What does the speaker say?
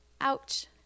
Ouch